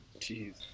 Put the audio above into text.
Jeez